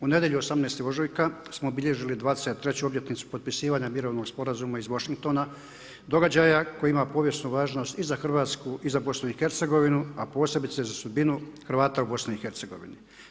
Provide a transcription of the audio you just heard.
U nedjelju 18. ožujka smo obilježili 23. obljetnicu potpisivanja mirovnog sporazuma iz Washingtona, događaja koji ima povijesnu važnost i za Hrvatsku i za BiH, a posebice za sudbinu Hrvata u BiH-u.